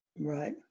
right